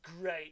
great